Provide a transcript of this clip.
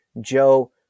Joe